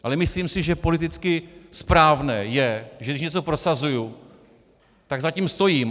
Ale myslím si, že politicky správné je, že když něco prosazuji, tak za tím stojím.